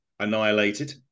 annihilated